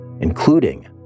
including